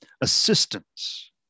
assistance